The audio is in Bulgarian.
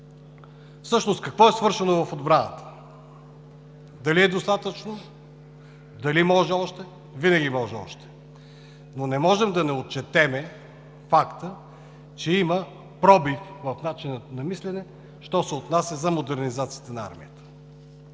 Всъщност, какво е свършено в отбраната? Дали е достатъчно? Дали може още? Винаги може още! Не можем обаче да не отчетем факта, че има пробив в начина на мислене, що се отнася за модернизацията на армията.